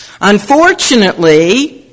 Unfortunately